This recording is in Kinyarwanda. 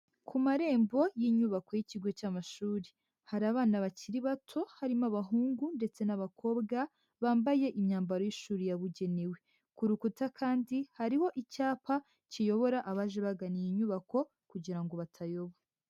Ku marembo y'inyubako y'ikigo cy'amashuri, hari abana bakiri bato, harimo abahungu ndetse n'abakobwa, bambaye imyambaro y'ishuri yabugenewe. Ku rukuta kandi hariho icyapa, kiyobora abaje bagana iyi nyubako kugira ngo batayoba.